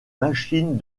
machines